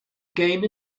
game